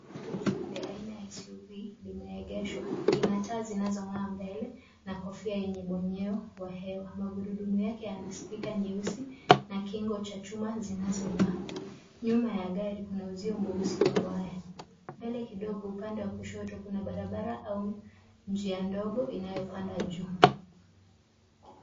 Gari jeupe aina ya SUV limeegeshwa lina taa zinazong'aa mbele na kofia yenye bonyeo wa hewa. Magurudumu yake yana spika nyeusi na kingo cha chuma zinazong'aa. Nyuma ya gari kuna uzio mweusi wa waya. Mbele kidogo upande wa kushoto kuna barabara au njia ndogo inayopanda juu.